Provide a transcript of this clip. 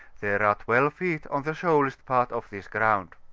there are twelve feet on the shoalest part of this ground.